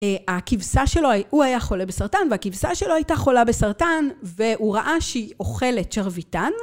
הכבשה שלו... הוא היה חולה בסרטן והכבשה שלו הייתה חולה בסרטן והוא ראה שהיא אוכלת שרביטן.